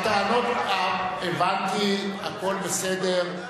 הטענות, הבנתי, הכול בסדר.